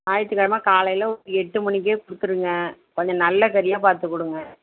ஞாயித்து கிழம காலையில ஒர் எட்டு மணிக்கே கொடுத்துருங்க கொஞ்சம் நல்ல கறியாக பார்த்துகுடுங்க